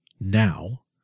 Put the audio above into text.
now